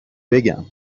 بگم